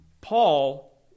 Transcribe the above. Paul